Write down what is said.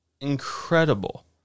incredible